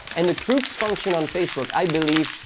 and the group's function on facebook, i believe,